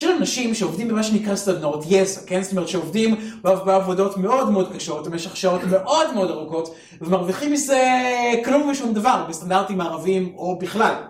יש אנשים שעובדים במה שנקרא סדנאות, יש, כן, זאת אומרת, שעובדים בעבודות מאוד מאוד קשות, במשך שעות מאוד מאוד ארוכות, ומרוויחים מזה כלום ושום דבר, בסטנדרטים הערביים, או בכלל.